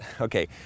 Okay